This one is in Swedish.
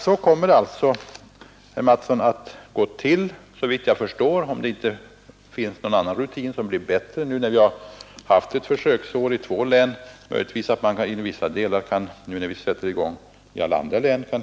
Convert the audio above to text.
Så kommer det alltså att gå till, herr Mattsson, efter ett års försöksverksamhet i två län, om det inte finns någon annan rutin som visar sig bättre; det är kanske möjligt att vi kan hitta en ännu mer förfinad form för det här arbetet när vi sätter i gång i alla andra län.